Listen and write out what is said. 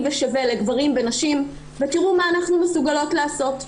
ושווה לגברים ונשים ותראו מה אנחנו מסוגלות לעשות,